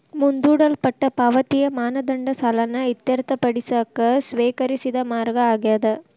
ಮುಂದೂಡಲ್ಪಟ್ಟ ಪಾವತಿಯ ಮಾನದಂಡ ಸಾಲನ ಇತ್ಯರ್ಥಪಡಿಸಕ ಸ್ವೇಕರಿಸಿದ ಮಾರ್ಗ ಆಗ್ಯಾದ